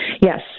Yes